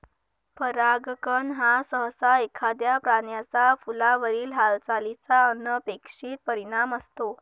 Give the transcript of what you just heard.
परागकण हा सहसा एखाद्या प्राण्याचा फुलावरील हालचालीचा अनपेक्षित परिणाम असतो